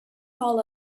hall